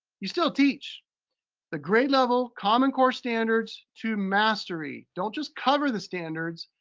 you still teach the grade level, common core standards to mastery. don't just cover the standards,